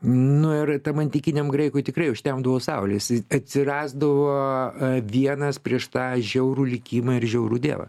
nu ir tam antikiniam graikui tikrai užtemdavo saulės atsirasdavo vienas prieš tą žiaurų likimą ir žiaurų dievą